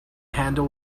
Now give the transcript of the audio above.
handle